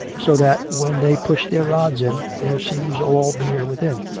so that when they push their rods in, there seems all beer within.